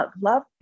Love